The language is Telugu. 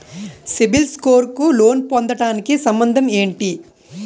సిబిల్ స్కోర్ కు లోన్ పొందటానికి సంబంధం ఏంటి?